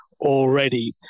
already